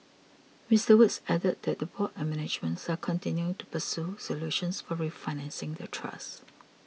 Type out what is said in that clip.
Mister Woods added that the board and management are continuing to pursue solutions for refinancing the trust